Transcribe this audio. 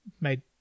made